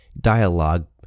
dialogue